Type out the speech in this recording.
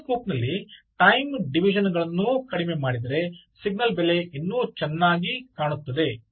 oscilloscope ನಲ್ಲಿ time division ಗಳನ್ನೂ ಕಡಿಮೆ ಮಾಡಿದರೆ ಸಿಗ್ನಲ್ ಬೆಲೆ ಇನ್ನೂ ಚನ್ನಾಗಿ ಕಾಣುತ್ತದೆ